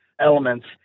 elements